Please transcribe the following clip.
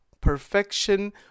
perfection